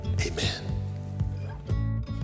Amen